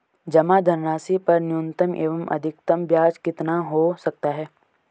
जमा धनराशि पर न्यूनतम एवं अधिकतम ब्याज कितना हो सकता है?